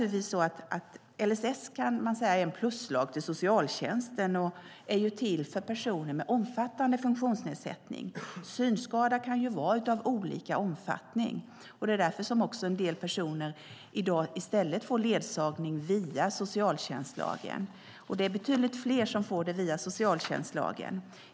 LSS är en pluslag till socialtjänstlagen och är till för personer med omfattande funktionsnedsättning. Synskada kan vara av olika omfattning. Därför får en del personer i stället ledsagning via socialtjänstlagen. Det är betydligt fler som får det via socialtjänstlagen.